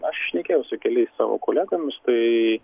aš šnekėjau su keliais savo kolegomis tai